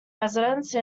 residence